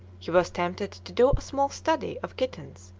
he was tempted to do a small study of kittens,